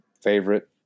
favorite